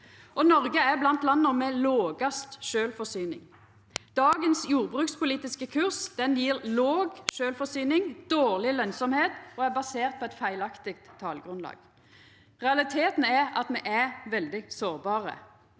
Noreg er blant landa med lågast sjølvforsyning. Dagens jordbrukspolitiske kurs gjev låg sjølvforsyning og dårleg lønsemd og er basert på eit feilaktig talgrunnlag. Realiteten er at me er veldig sårbare.